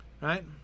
Right